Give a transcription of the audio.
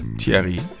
Thierry